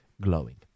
glowing